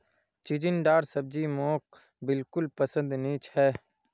चिचिण्डार सब्जी मोक बिल्कुल पसंद नी छ